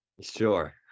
Sure